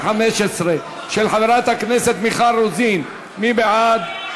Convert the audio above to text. של חברת הכנסת מיכל רוזין, מי בעד?